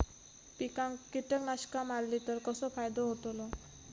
पिकांक कीटकनाशका मारली तर कसो फायदो होतलो?